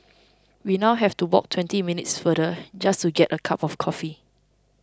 we now have to walk twenty minutes farther just to get a cup of coffee